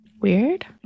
Weird